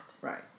Right